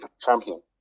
champion